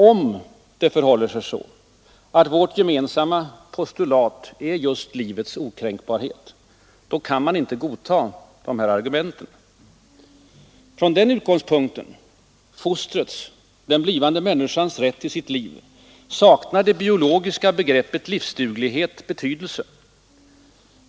Om det förhåller sig så att vårt gemensamma postulat är livets okränkbarhet, kan dessa argument inte godtas. Från denna utgångspunkt — fostrets, den blivande människans rätt till sitt eget liv — har det biologiska begreppet ”livsduglighet” ingen betydelse.